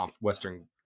Western